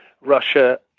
Russia